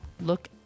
look